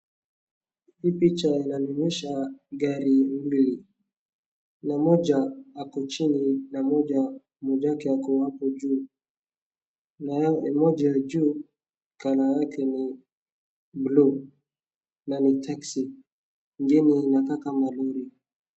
Hii picha inanionyesha gari mbili. Mmoja ako chini na mmoja wake ako hapo juu. Na moja ya yuu colour yake ni blue na ni taxi . Ingine inakaa kama lori.